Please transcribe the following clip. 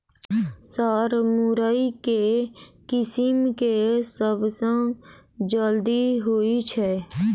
Sir मुरई केँ किसिम केँ सबसँ जल्दी होइ छै?